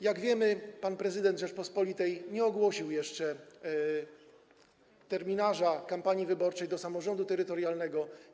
Jak wiemy, pan prezydent Rzeczypospolitej nie ogłosił jeszcze terminarza kampanii wyborczej do samorządu terytorialnego.